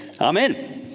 Amen